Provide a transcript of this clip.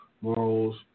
morals